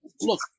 look